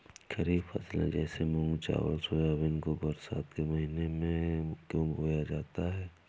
खरीफ फसले जैसे मूंग चावल सोयाबीन को बरसात के समय में क्यो बोया जाता है?